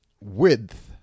Width